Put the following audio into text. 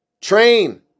Train